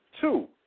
Two